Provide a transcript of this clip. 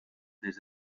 des